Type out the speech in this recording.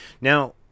Now